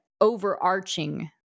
overarching